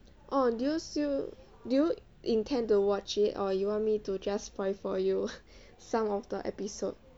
oh do you still do you intend to watch it or you want me to just spoil for you some of the episode